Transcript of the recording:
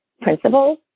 Principles